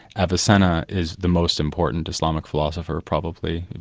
avicenna is the most important islamic philosopher, probably,